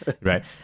right